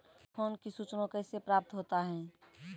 तुफान की सुचना कैसे प्राप्त होता हैं?